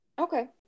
Okay